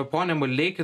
pone maldeiki